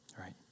Right